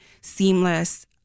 seamless